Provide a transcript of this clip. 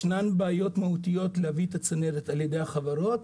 ישנן בעיות מהותיות להביא את הצנרת על ידי החברות